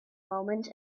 moment